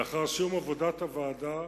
לאחר סיום עבודת הוועדה